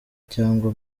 cyangwa